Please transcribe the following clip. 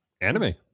anime